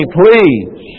please